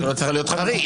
לא צריך להיות חריג.